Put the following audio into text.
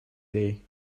day